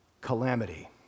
calamity